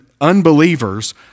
unbelievers